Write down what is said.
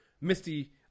Misty